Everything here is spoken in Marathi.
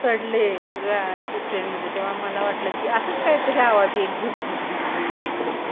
चढले ट्रेनमध्ये तेव्हा मला वाटलं की असंच काहीतरी आवाज येईल झुक झुक झुक झुक झुक झुक